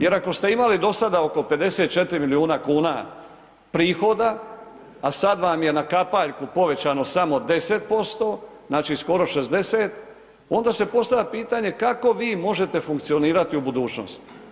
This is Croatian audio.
Jer ako ste imali do sada oko 54 milijuna kuna prihoda a sada vam je na kapaljku povećano samo 10% znači skoro 60 onda se postavlja pitanje kako vi možete funkcionirati u budućnosti.